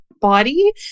body